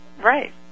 Right